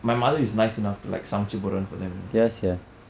my mother is nice enough to like சமைத்து போடுறான்:samaitthu pooduraan for them you know